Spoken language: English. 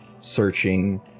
searching